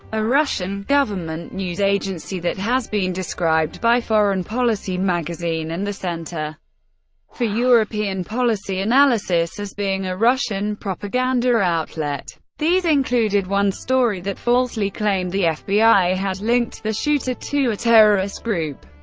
a russian government news agency that has been described by foreign policy magazine and the center for european policy analysis as being a russian propaganda outlet. these included one story that falsely claimed the fbi had linked the shooter to a terrorist group.